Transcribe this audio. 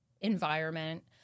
environment